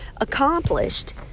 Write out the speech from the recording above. accomplished